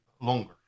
longer